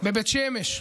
בבית שמש,